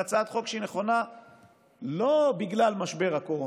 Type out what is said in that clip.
זאת הצעת חוק שהיא נכונה לא בגלל משבר הקורונה,